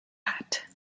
hat